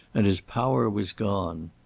and his power was gone.